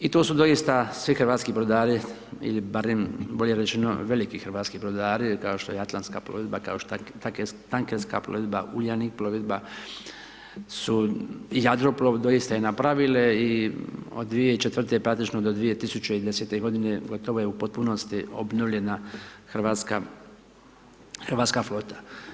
I tu su doista svi hrvatski brodari, ili barem bolje rečeno veliki hrvatski brodari, kao što je Atlantska plovidba, kao Tankerska plovidba, Uljanik plovidba, su, Jadroplov, doista i napravile i od 2004. praktično do 2010. g. gotovo je u potpunosti obnovljena hrvatska flota.